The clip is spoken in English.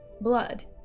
blood